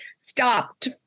stopped